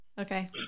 Okay